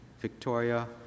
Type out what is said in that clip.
Victoria